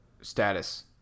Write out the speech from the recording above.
status